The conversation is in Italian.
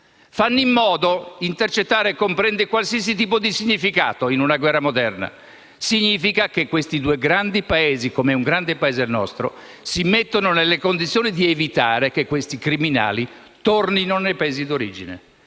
Il termine «intercettare» comprende qualsiasi tipo di significato in una guerra moderna: significa che questi due grandi Paesi - come è grande il nostro - si mettono nelle condizioni di evitare che questi criminali tornino nei Paesi d'origine.